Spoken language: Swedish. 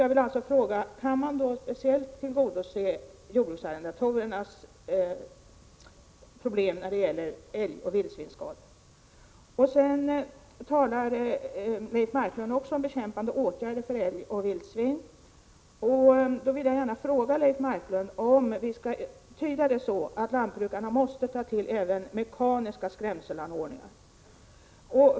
Jag vill alltså fråga: Kan man speciellt beakta jordbruksarrendatorernas problem när det gäller älgoch vildsvinsskador? Leif Marklund talar om åtgärder för att bekämpa älg och vildsvin. Då vill jag gärna fråga Leif Marklund om vi skall tyda det så att lantbrukarna även måste ta till mekaniska skrämselanordningar.